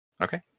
Okay